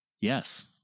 Yes